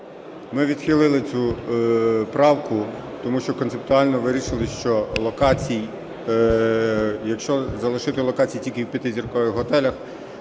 Ми відхилили цю правку, тому що концептуально вирішили, що локацій, якщо залишити локації тільки в п'ятизіркових готелях,